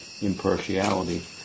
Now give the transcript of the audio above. impartiality